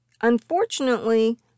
Unfortunately